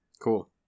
cool